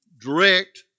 direct